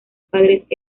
padres